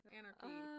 Anarchy